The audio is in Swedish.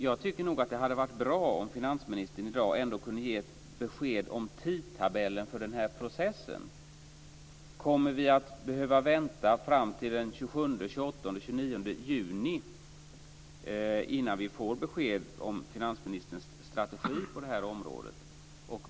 Jag tycker nog att det hade varit bra om finansministern i dag ändå kunde ge besked om tidtabellen för den här processen. Kommer vi att behöva vänta fram till den 27, 28, 29 juni innan vi får besked om finansministerns strategi på det här området?